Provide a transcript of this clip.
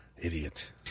Idiot